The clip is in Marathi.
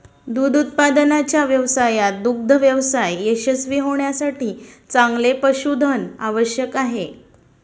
दूध उत्पादनाच्या व्यवसायात दुग्ध व्यवसाय यशस्वी होण्यासाठी चांगले पशुधन आवश्यक आहे